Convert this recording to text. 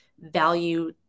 value